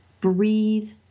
breathe